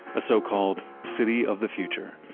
a so-called city of the future,